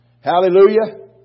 Hallelujah